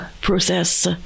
process